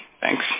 Thanks